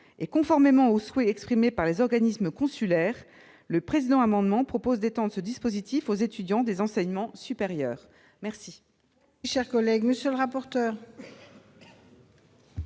et conformément au souhait exprimé par les organismes consulaires, le présent amendement vise à étendre ce dispositif aux étudiants des enseignements supérieurs. Quel